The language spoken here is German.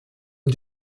und